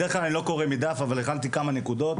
בדרך כלל אני לא קורא מדף אבל הכנתי כמה נקודות,